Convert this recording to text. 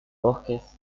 bosques